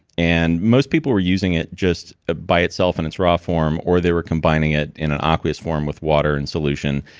and most people were using it just ah by itself in its raw form. or, they were combining it in an ah aqueous form with water and solution,